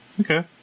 Okay